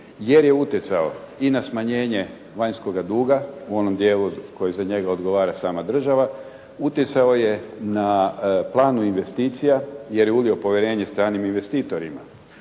jer je utjecao i na smanjenje vanjskoga duga u onom dijelu koji za njega odgovara sama država utjecao je na planu investicija jer je ulio povjerenje stranim investitorima.